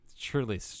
truly